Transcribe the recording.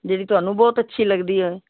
ਜਿਹੜੀ ਤੁਹਾਨੂੰ ਬਹੁਤ ਅੱਛੀ ਲੱਗਦੀ ਹੋਏ